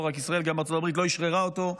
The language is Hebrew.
ולא רק ישראל, גם ארצות הברית לא אשררה אותו.